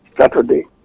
Saturday